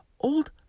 old